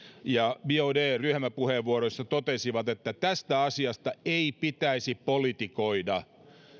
ja biaudet ryhmäpuheenvuoroissa totesivat että tästä asiasta ei pitäisi politikoida